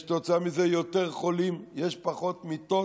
וכתוצאה מזה יש יותר חולים, יש פחות מיטות,